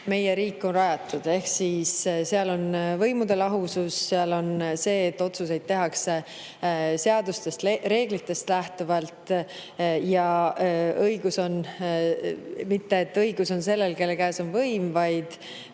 meie riik on rajatud. Seal on võimude lahusus, seal on see, et otsuseid tehakse seadustest ja reeglitest lähtuvalt. Mitte et õigus on sellel, kelle käes on võim, vaid